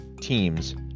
teams